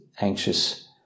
anxious